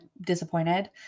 disappointed